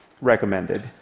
recommended